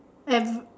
and